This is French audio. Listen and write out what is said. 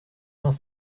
vingt